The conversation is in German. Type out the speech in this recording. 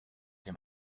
dem